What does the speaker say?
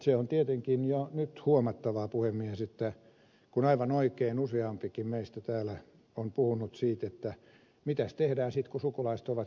se on tietenkin jo nyt huomattavaa puhemies kun aivan oikein useampikin meistä täällä on puhunut siitä että mitäs tehdään sitten kun sukulaiset ovatkin vähän erimielisiä